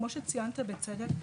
כמו שציינת בצדק,